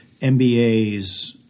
MBAs